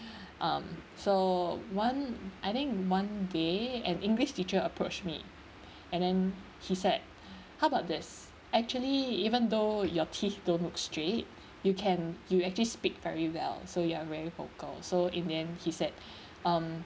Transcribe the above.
um so one I think one day an english teacher approach me and then he said how about this actually even though your teeth don't look straight you can you actually speak very well so you are very vocal so in the end he said um